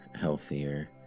healthier